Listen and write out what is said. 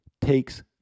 takes